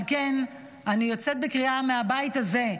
על כן אני יוצאת בקריאה מהבית הזה: